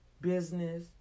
business